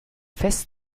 fest